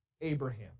Abraham